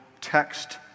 text